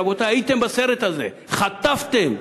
רבותי, הייתם בסרט הזה, חטפתם,